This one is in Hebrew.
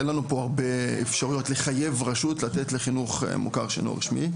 אין לנו פה הרבה אפשרויות לחייב רשות לתת לחינוך מוכר שאינו רשמי,